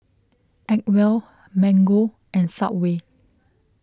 Acwell Mango and Subway